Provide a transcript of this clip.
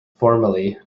formally